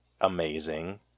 Amazing